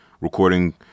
recording